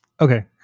Okay